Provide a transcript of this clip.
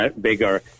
bigger